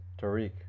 Tariq